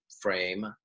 frame